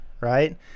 right